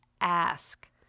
ask